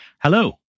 Hello